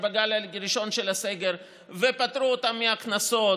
בגל הראשון של הסגר ופטרו אותם מהקנסות,